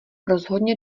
rozhodně